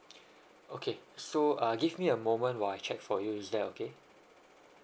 okay so uh give me a moment while I check for you is that okay